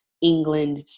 England